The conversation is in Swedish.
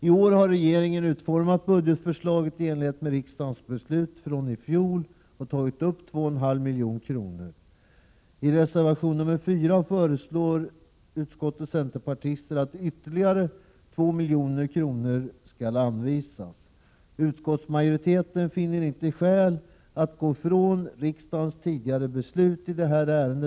I år har regeringen utformat budgetförslaget i enlighet med riksdagens beslut från i fjol och tagit upp 2,5 milj.kr. I reservation 4 föreslår utskottets centerpartister att ytterligare 2 milj.kr. skall anvisas. Utskottsmajoriteten finner inte skäl att gå ifrån riksdagens tidigare beslut i detta ärende.